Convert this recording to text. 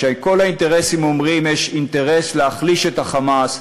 שכל האינטרסים אומרים: יש אינטרס להחליש את ה"חמאס",